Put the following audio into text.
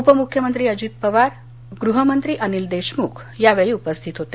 उपमुख्यमंत्री अजित पवार गृहमंत्री अनिल देशमुख यावेळी उपस्थित होते